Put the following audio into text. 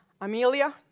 Amelia